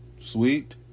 Sweet